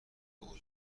عریان